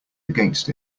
against